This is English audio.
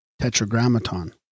Tetragrammaton